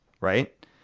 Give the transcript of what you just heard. right